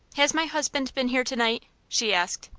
has my husband been here to-night? she asked.